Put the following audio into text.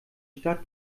stadt